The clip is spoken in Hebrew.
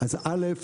אז א',